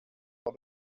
for